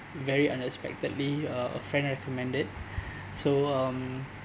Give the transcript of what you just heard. very unexpectedly uh a friend recommended so um